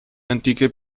antiche